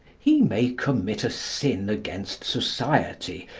he may commit a sin against society,